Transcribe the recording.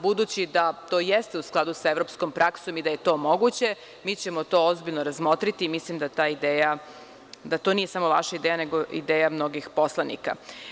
Budući da to jeste u skladu sa evropskom praksom i da je to moguće, mi ćemo to ozbiljno razmotriti i mislim da to nije samo vaša ideja, nego i ideja mnogih poslanika.